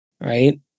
Right